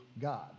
God